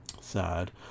Sad